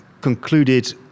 concluded